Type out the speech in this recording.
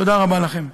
תודה רבה לכם.